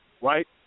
right